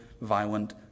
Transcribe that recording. violent